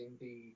indeed